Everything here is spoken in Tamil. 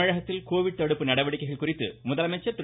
தமிழகத்தில் கோவிட் தடுப்பு நடவடிக்கைகள் குறித்து முதலமைச்சர் திரு